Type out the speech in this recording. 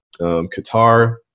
Qatar